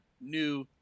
new